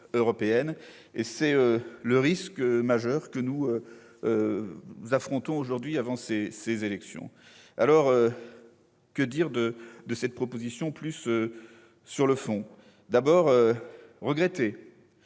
et c'est bien le risque majeur que nous affrontons aujourd'hui avant ces élections. Que dire de cette proposition, sur le fond ? Nous regrettons